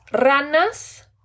ranas